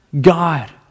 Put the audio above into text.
God